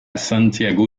santiago